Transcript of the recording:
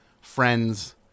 friends